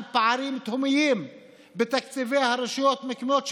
פערים תהומיים בתקציבי הרשויות המקומיות,